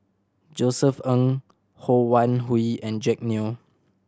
Josef Ng Ho Wan Hui and Jack Neo